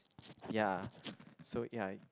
ya so ya